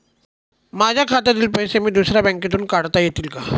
माझ्या खात्यातील पैसे मी दुसऱ्या बँकेतून काढता येतील का?